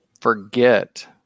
Forget